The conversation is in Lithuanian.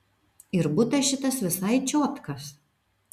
ir butas šitas visai čiotkas